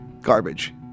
garbage